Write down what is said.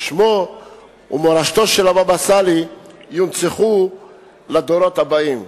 שמו ומורשתו של הבבא סאלי יונצחו לדורות הבאים.